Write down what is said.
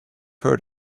heard